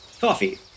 coffee